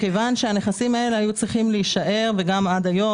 מכיוון שהנכסים האלה היו צריכים להישאר וגם עד היום